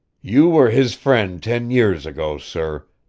you were his friend ten years ago, sir,